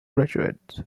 graduates